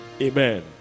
Amen